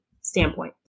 standpoint